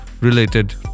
related